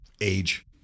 age